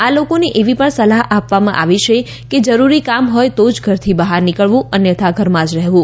આ લોકોને એવી પણ સલાહ આપવામાં આવી છે કે જરૂરી કામ હોય તો જ ઘરથી બહાર નીકળવું અન્યથા ઘરમાં જ રહેવું